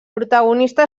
protagonista